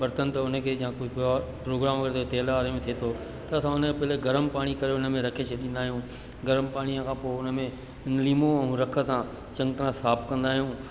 बर्तन त उन खे जां कोई प्र प्रोग्राम हुजे त तेल वारे में थे थो त असां हुन में पहिरियों गरम पाणी करे उन में रखे छॾींदा आहियूं गरम पाणीअ खां पोइ उन में लीमो रख सां चङी तरह साफ़ कंदा आहियूं